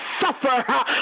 suffer